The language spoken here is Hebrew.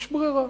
יש ברירה.